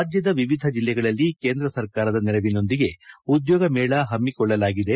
ರಾಜ್ಯದ ವಿವಿಧ ಜಿಲ್ಲೆಗಳಲ್ಲಿ ಕೇಂದ್ರ ಸರ್ಕಾರದ ನೆರವಿನೊಂದಿಗೆ ಉದ್ಯೋಗಮೇಳ ಹಮ್ಮಿಕೊಳ್ಳಲಾಗಿದೆ